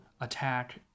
attack